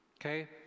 okay